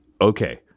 Okay